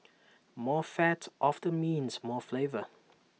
more fat often means more flavour